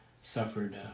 suffered